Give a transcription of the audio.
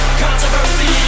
controversy